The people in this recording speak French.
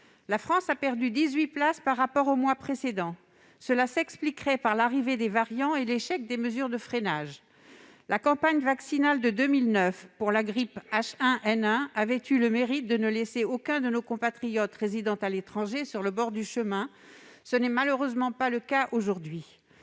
pays a perdu 18 places par rapport au mois précédent. Cela s'expliquerait par l'arrivée des variants et l'échec des « mesures de freinage ». La campagne vaccinale de 2009 pour la grippe H1N1 avait eu le mérite de ne laisser aucun de nos compatriotes résidant à l'étranger sur le bord du chemin. Ce n'est malheureusement pas le cas aujourd'hui.